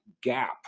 gap